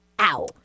ow